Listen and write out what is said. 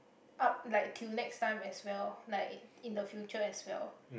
up like till next time as well like in the future as well